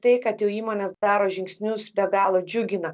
tai kad jau įmonės daro žingsnius be galo džiugina